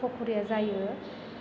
पक'रिया जायो